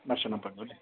ഭക്ഷണം പെടും അല്ലെ